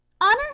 Honor